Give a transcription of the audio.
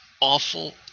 awful